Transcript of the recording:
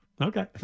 Okay